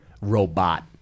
robot